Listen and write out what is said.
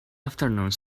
afternoons